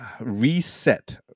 reset